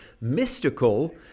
mystical